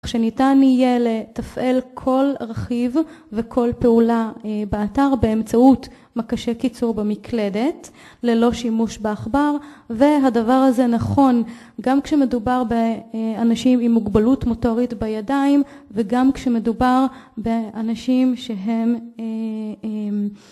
כשניתן יהיה לתפעל כל רכיב וכל פעולה אה, באתר באמצעות מקשי קיצור במקלדת, ללא שימוש בעכבר... והדבר הזה נכון גם כשמדובר באנשים עם מוגבלות מוטורית בידיים וגם כשמדובר באנשים שהם אה אה...